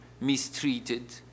mistreated